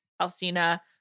alcina